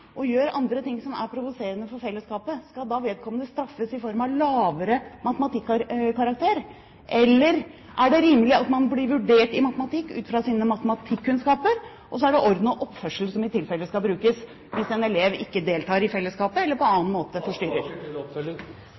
og gjør andre ting som er provoserende for fellesskapet, skal da vedkommende straffes i form av lavere matematikkkarakter? Eller er det rimelig at man blir vurdert i matematikk ut fra sine matematikkunnskaper, og så er det orden og oppførsel som i tilfelle skal brukes hvis en elev ikke deltar i fellesskapet eller på annen måte